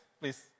please